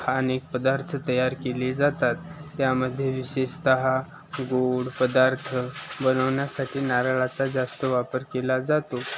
अनेक पदार्थ तयार केले जातात त्यामध्ये विशेषतः गोड पदार्थ बनवण्यासाठी नारळाचा जास्त वापर केला जातो